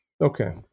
Okay